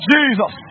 Jesus